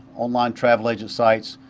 online travel agents sites,